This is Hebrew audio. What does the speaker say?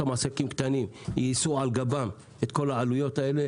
אותם עסקים קטנים יישאו על גבם את כל העלויות האלה.